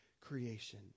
creation